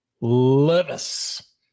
Levis